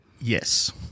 yes